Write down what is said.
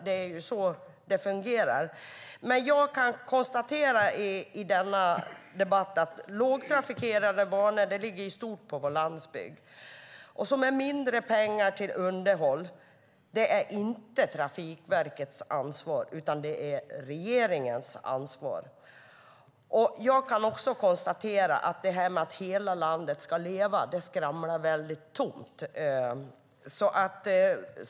Det är ju så det fungerar. Jag kan konstatera i denna debatt att lågtrafikerade banor i stort ligger på vår landsbygd. Mindre pengar till underhåll är inte Trafikverkets ansvar, utan det är regeringens ansvar. Jag kan också konstatera att det här med att hela landet ska leva skramlar väldigt tomt.